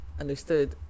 understood